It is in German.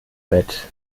bett